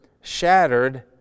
shattered